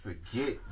Forget